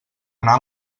anar